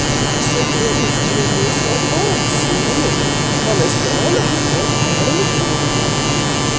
saikingais kiekiais vartojant sūrį cholesterolio bijoti nereikėtų